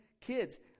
kids